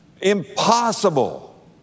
impossible